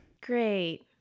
Great